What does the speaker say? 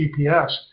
GPS